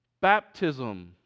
baptism